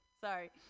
sorry